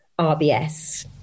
RBS